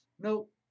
nope